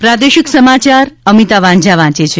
પ્રાદેશિક સમાયાર અમિતા વાંઝા વાંચે છે